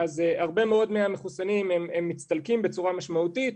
הרבה מאוד מהמחוסנים מצטלקים בצורה משמעותית,